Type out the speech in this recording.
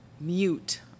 mute